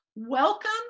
Welcome